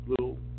little